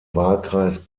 wahlkreis